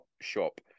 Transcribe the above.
shop